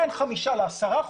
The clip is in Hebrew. בין חמישה ל-10 אחוזים.